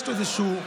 יש לו איזה רצון,